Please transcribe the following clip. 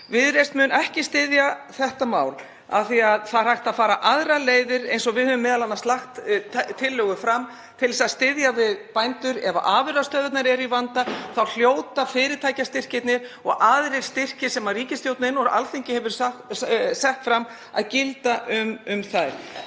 Viðreisn mun ekki styðja þetta mál af því að hægt er að fara aðrar leiðir, eins og við höfum lagt fram tillögu um, til að styðja við bændur. Ef afurðastöðvarnar eru í vanda þá hljóta fyrirtækjastyrkirnir og aðrir styrkir sem ríkisstjórnin og Alþingi hefur sett fram, að gilda um þær.